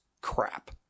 crap